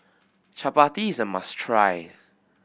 Chapati is a must try